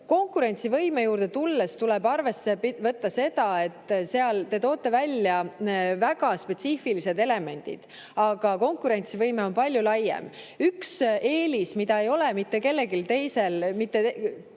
Konkurentsivõime juurde tulles tuleb arvesse võtta seda, et seal te toote välja väga spetsiifilised elemendid, aga konkurentsivõime on palju laiem. Üks eelis, mida ei ole mitte kellelgi teisel, teistel